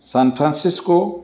San Francisco